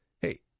hey